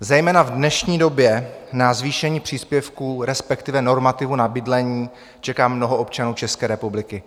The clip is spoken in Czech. Zejména v dnešní době na zvýšení příspěvků, respektive normativu na bydlení, čeká mnoho občanů České republiky.